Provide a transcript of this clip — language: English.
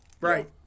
Right